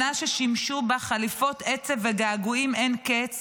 שנה ששימשו בה חליפות עצב וגעגועים אין קץ